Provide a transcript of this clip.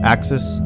Axis